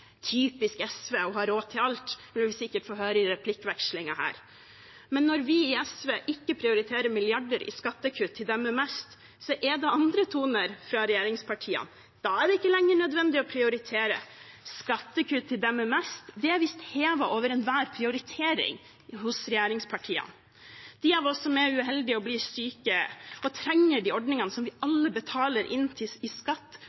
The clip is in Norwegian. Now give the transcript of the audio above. typisk SV å ha råd til alt, vil vi sikkert få høre i replikkvekslingen her. Men når vi i SV ikke prioriterer milliarder i skattekutt til dem med mest, er det andre toner fra regjeringspartiene. Da er det ikke lenger nødvendig å prioritere. Skattekutt til dem med mest er visst hevet over enhver prioritering hos regjeringspartiene. De av oss som er uheldige og blir syke og trenger de ordningene som vi alle betaler inn skatt for å finansiere, risikerer å bli sittende fast i